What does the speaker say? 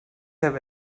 have